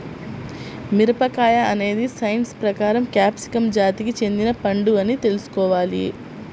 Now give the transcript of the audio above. మిరపకాయ అనేది సైన్స్ ప్రకారం క్యాప్సికమ్ జాతికి చెందిన పండు అని తెల్సుకోవాలి